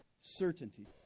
Certainty